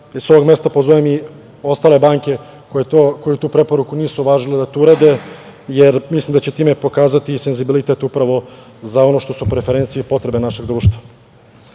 da sa ovog mesta pozovem i ostale banke koje tu preporuku nisu uvažile da to urade, jer mislim da će time pokazati senzibilitet upravo za ono što su preferencije i potrebe našeg društva. Kako